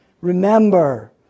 Remember